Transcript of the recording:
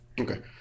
okay